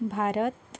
Bharat